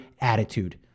attitude